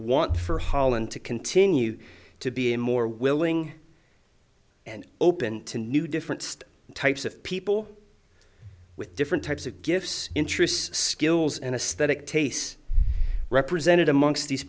want for hollande to continue to be a more willing and open to new different types of people with different types of gifts interests skills and a static tace represented amongst these